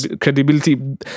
credibility